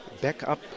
backup